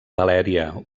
valèria